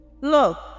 Look